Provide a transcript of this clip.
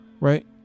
Right